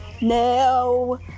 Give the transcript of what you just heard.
no